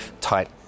tight